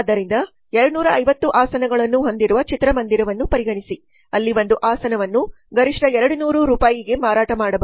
ಆದ್ದರಿಂದ 250 ಆಸನಗಳನ್ನು ಹೊಂದಿರುವ ಚಿತ್ರಮಂದಿರವನ್ನು ಪರಿಗಣಿಸಿ ಅಲ್ಲಿ ಒಂದು ಆಸನವನ್ನು ಗರಿಷ್ಠ 200ರೂ ರೂ ಗೆ ಮಾರಾಟ ಮಾಡಬಹುದು